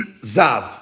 Zav